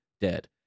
dead